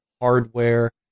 hardware